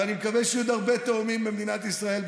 ואני מקווה שיהיו עוד הרבה תאומים במדינת ישראל,